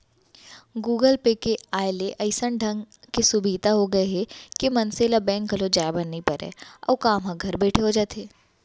Google pay के आय ले अइसन ढंग के सुभीता हो गए हे के मनसे ल बेंक घलौ जाए बर नइ परय अउ काम ह घर बइठे हो जाथे